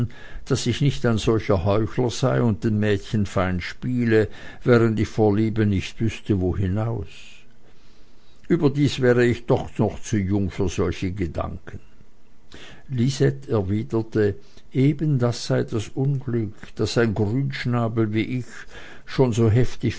daß ich nicht ein solcher heuchler sei und den mädchenfeind spiele während ich vor liebe nicht wüßte wo hinaus überdies wäre ich doch noch zu jung für solche gedanken lisette erwiderte eben das sei das unglück daß ein grünschnabel wie ich schon so heftig